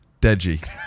Deji